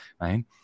right